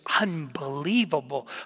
unbelievable